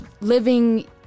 living